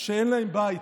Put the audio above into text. שאין להם בית,